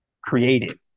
creative